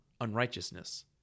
unrighteousness